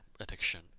addiction